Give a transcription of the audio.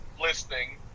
listening